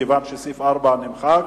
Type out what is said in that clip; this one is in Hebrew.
כיוון שסעיף 4 נמחק.